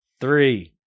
Three